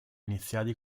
iniziali